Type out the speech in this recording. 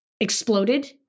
exploded